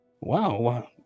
Wow